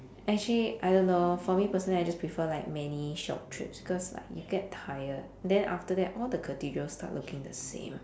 actually I don't know for me personally I just prefer like many short trips cause like you get tired then after that all the cathedrals start looking the same